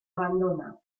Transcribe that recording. abandona